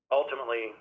ultimately